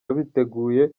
biteguye